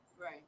right